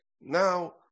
Now